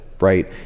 right